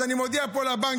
אז אני מודיע פה לבנקים: